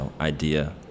idea